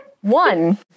One